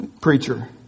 preacher